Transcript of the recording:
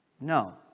No